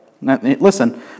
Listen